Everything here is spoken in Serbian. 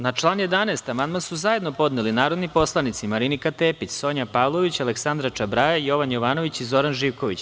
Na član 11. amandman su zajedno podneli narodni poslanici Marinika Tepić, Sonja Pavlović, Aleksandra Čabraja, Jovan Jovanović i Zoran Živković.